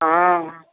हँ